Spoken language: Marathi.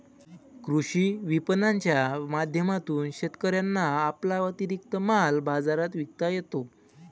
कृषी विपणनाच्या माध्यमातून शेतकऱ्यांना आपला अतिरिक्त माल बाजारात विकता येतो